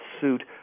suit